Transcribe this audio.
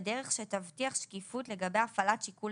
בדרך שתבטיח שקיפות לגבי הפעלת שיקול